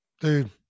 Dude